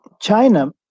China